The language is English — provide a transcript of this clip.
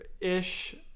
ish